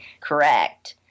correct